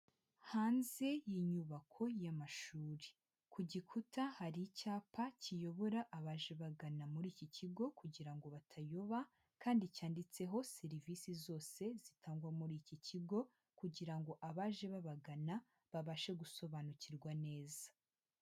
Hanze y'inyubako y'amashuri ku gikuta hari icyapa kiyobora abaje bagana muri iki kigo, kugira ngo batayoba kandi cyanditseho serivisi zose zitangwa muri iki kigo kugira ngo abaje babagana babashe gusobanukirwa neza.